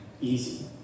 easy